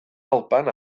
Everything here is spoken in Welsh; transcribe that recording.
alban